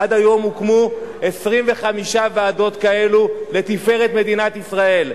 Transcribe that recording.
עד היום הוקמו 25 ועדות כאלה לתפארת מדינת ישראל.